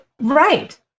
Right